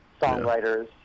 songwriters